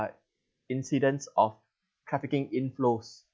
incidents of trafficking inflows